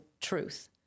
truth